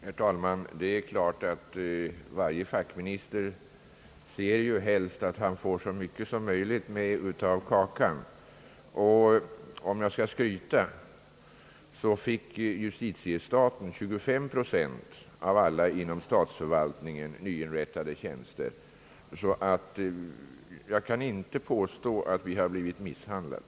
Herr talman! Det är klart att varje fackminister helst ser att han får så mycket som möjligt med av kakan. Om jag skall skryta kan jag säga att justitiestaten fick 25 procent av alla inom statsförvaltningen nyinrättade tjänster. Jag kan därför inte påstå att vi har blivit misshandlade.